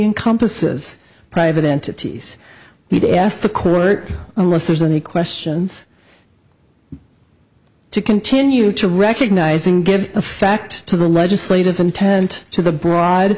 encompasses private entities yes the court unless there's any questions to continue to recognizing give a fact to the legislative intent to the broad